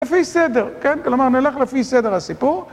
לפי סדר, כן? כלומר, נלך לפי סדר הסיפור.